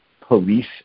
police